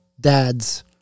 dads